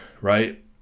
right